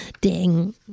Ding